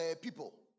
people